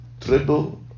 triple